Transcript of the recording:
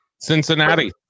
Cincinnati